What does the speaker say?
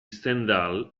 stendhal